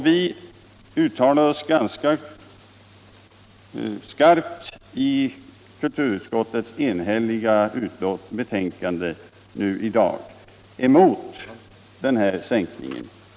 Vi uttalar oss ganska skarpt i kulturutskottets enhälliga betänkande mot den här sänkningen.